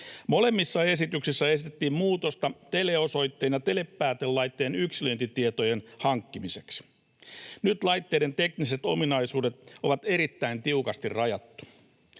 Molemmissa esityksissä esitettiin muutosta teleosoite- ja telepäätelaitteen yksilöintitietojen hankkimiseksi. Nyt laitteiden tekniset ominaisuudet on erittäin tiukasti rajattu.